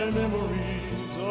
memories